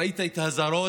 ראית את האזהרות